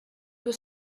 was